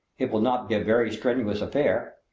it will not be a very strenuous affair,